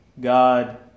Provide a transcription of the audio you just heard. God